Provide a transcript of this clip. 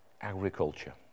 Agriculture